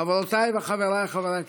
חברותיי וחבריי חברי הכנסת,